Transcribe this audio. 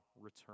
return